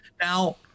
Now